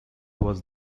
was